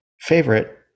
favorite